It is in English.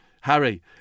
Harry